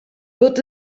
wird